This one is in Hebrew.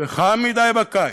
וחם מדי בקיץ,